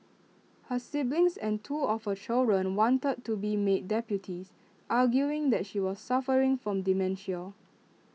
her siblings and two of her children wanted to be made deputies arguing that she was suffering from dementia